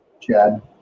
Chad